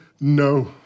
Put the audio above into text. no